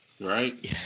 Right